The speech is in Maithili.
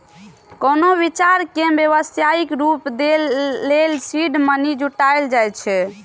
कोनो विचार कें व्यावसायिक रूप दै लेल सीड मनी जुटायल जाए छै